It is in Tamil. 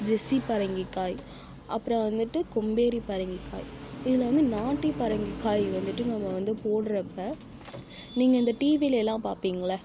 ஜெஸ்ஸி பரங்கிக்காய் அப்றம் வந்துட்டு கொம்பேறி பரங்கிக்காய் இதில் வந்து நாட்டு பரங்கிக்காய் வந்துட்டு நம்ம வந்து போடுகிறப்ப நீங்கள் இந்த டீவியில் எல்லாம் பார்ப்பீங்கள்ல